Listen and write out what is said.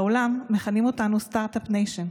התכבדתי ושמחתי לשרת את ציבור תושבי הר אדר בשיתוף,